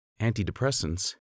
antidepressants